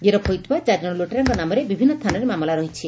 ଗିରଫ ହୋଇଥିବା ଚାରିଜଣ ଲୁଟେରାଙ୍କ ନାମରେ ବିଭିନୁ ଥାନାରେ ମାମଲା ମାନ ରହିଛି